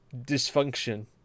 dysfunction